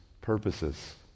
purposes